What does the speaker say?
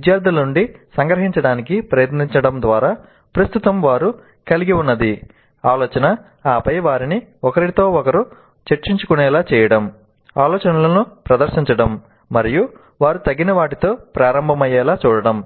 విద్యార్థుల నుండి సంగ్రహించడానికి ప్రయత్నించడం ద్వారా ప్రస్తుతం వారు కలిగి ఉన్నది ఆలోచన ఆపై వారిని ఒకరితో ఒకరు చర్చించుకునేలా చేయడం ఆలోచనలను ప్రదర్శించడం మరియు వారు తగిన వాటితో ప్రారంభమయ్యేలా చూడటం